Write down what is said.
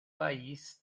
país